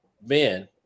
Ben